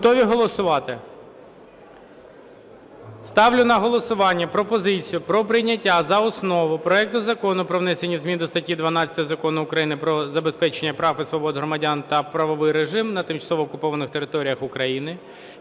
Готові голосувати? Ставлю на голосування пропозицію про прийняття за основу проекту Закону про внесення змін до статті 12 Закону України "Про забезпечення прав і свобод громадян та правовий режим на тимчасово окупованих територіях України"